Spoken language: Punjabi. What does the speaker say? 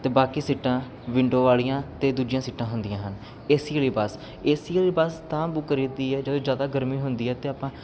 ਅਤੇ ਬਾਕੀ ਸੀਟਾਂ ਵਿੰਡੋ ਵਾਲੀਆਂ ਅਤੇ ਦੂਜੀਆਂ ਸੀਟਾਂ ਹੁੰਦੀਆਂ ਹਨ ਏ ਸੀ ਵਾਲੀ ਬੱਸ ਏ ਸੀ ਵਾਲੀ ਬੱਸ ਤਾਂ ਬੁੱਕ ਕਰੀਦੀ ਆ ਜਦੋਂ ਜ਼ਿਆਦਾ ਗਰਮੀ ਹੁੰਦੀ ਹੈ ਅਤੇ ਆਪਾਂ